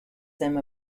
them